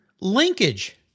Linkage